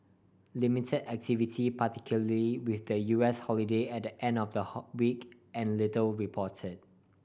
limited activity particularly with the U S holiday at the end of the whole week and little reported